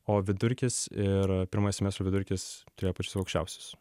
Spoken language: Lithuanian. o vidurkis ir pirmojo semestro vidurkis turėjo pačius aukščiausius